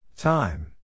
Time